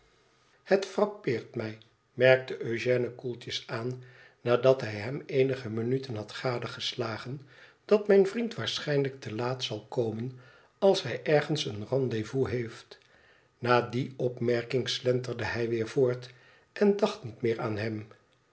het frappeert mij merkte eugène koeltjes aan nadat hij hem eenige minuten had gadegeslagen dat mijn vriend waarschijnlijk te laat zal komen als hij ergens een rendez vous heeft na die opmerking slenterde hij weer voort en dacht niet meer aan hem